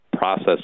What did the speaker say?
process